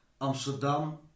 Amsterdam